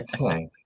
okay